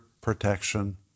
protection